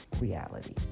reality